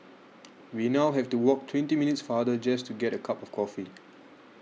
we now have to walk twenty minutes farther just to get a cup of coffee